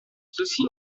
ceci